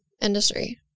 industry